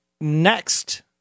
next